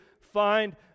find